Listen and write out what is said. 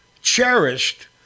cherished